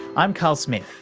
i'm carl smith,